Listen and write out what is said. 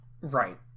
Right